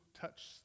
touch